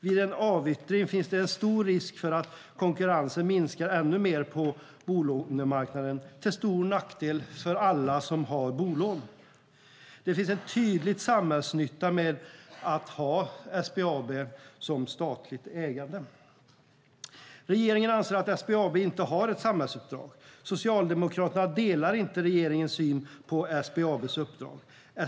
Vid en avyttring finns det en stor risk för att konkurrensen på bolånemarknaden minskar ännu mer, till stor nackdel för alla som har bolån. Det finns en tydlig samhällsnytta med att ha ett statligt ägt SBAB. Regeringen anser att SBAB inte har ett samhällsuppdrag. Socialdemokraterna delar inte regeringens syn på SBAB:s uppdrag.